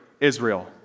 Israel